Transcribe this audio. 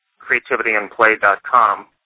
creativityandplay.com